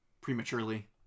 prematurely